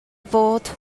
fod